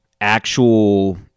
actual